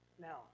Now